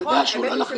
אתה יודע שהוא לא לחיץ.